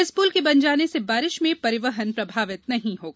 इस पुल के बन जाने से बारिश में परिवहन प्रभावित नहीं होगा